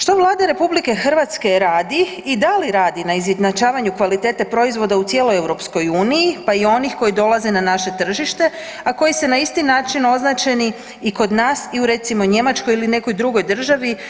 Što Vlada RH radi i da li radi na izjednačavanju kvalitete proizvoda u cijeloj EU, pa i onih koji dolaze na naše tržište, a koji su na isti način označeni i kod nas i u recimo Njemačkoj ili nekoj drugoj državi.